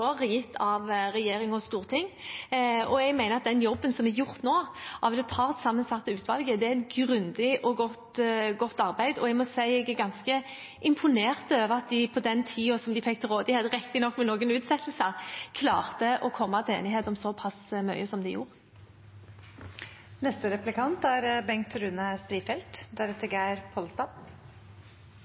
gitt av regjering og storting. Jeg mener at den jobben som er gjort nå av det partssammensatte utvalget, er et grundig og godt arbeid, og jeg må si at jeg er ganske imponert over at de på den tiden som de fikk til rådighet, riktignok med noen utsettelser, klarte å komme til enighet om såpass mye som de